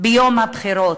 ביום הבחירות,